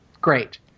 great